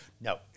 No